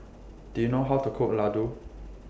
Do YOU know How to Cook Ladoo